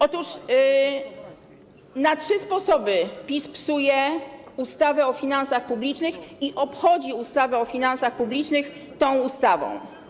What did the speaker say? Otóż na trzy sposoby PiS psuje ustawę o finansach publicznych i obchodzi ustawę o finansach publicznych tą ustawą.